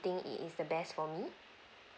think it is the best for me